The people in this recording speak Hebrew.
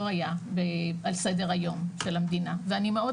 היה על סדר היום של המדינה ואני מאוד,